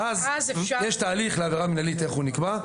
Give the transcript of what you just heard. ואז יש תהליך לעבירה מינהלית איך הוא נקבע.